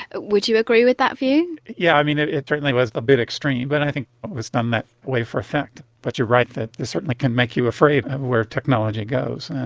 would you agree with that view? yeah yes, it it certainly was a bit extreme but i think it was done that way for effect, but you're right, that this certainly can make you afraid of where technology goes.